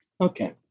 Okay